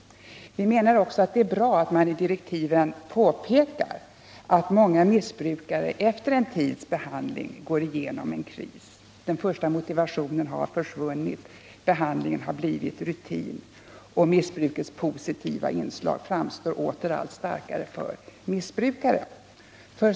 Vi menar också att det är bra att man i direktiven påpekar att många missbrukare efter en tids behandling går igenom en kris. Den första motivationen har försvunnit, behandlingen har blivit rutin och missbrukets positiva inslag framstår åter allt starkare för missbrukaren.